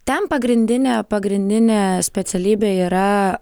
ten pagrindinė pagrindinė specialybė yra